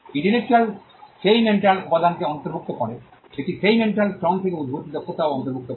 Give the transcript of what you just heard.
intellectual সেই mental উপাদানকে অন্তর্ভুক্ত করে এটি সেই মেন্টাল শ্রম থেকে উদ্ভূত দক্ষতাও অন্তর্ভুক্ত করে